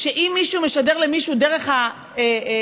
שאם מישהו משדר למישהו דרך התקשורת,